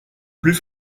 plus